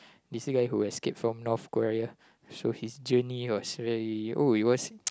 this guy who escape from North-Korea so his journey was very oh it was